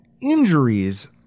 injuries